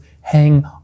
Hang